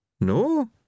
No